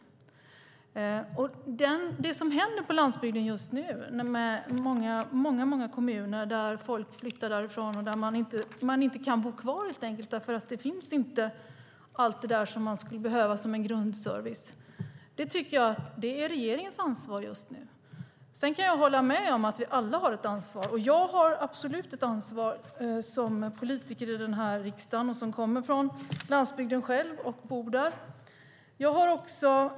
Det som händer i många kommuner på landsbygden just nu är att många människor flyttar därifrån för att de helt enkelt inte kan bo kvar eftersom allt det som de skulle behöva som en grundservice inte finns där. Det tycker jag är regeringens ansvar just nu. Sedan kan jag hålla med om att vi alla har ett ansvar. Jag som själv kommer från landsbygden och bor där har absolut ett ansvar som politiker i denna riksdag.